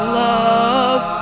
love